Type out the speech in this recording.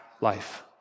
life